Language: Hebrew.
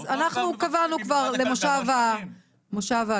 אז אנחנו קבענו כבר למושב הקיץ.